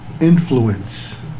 influence